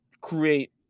create